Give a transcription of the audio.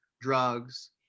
drugs